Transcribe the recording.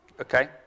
Okay